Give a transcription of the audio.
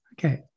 okay